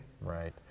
Right